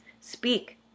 speak